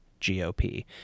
GOP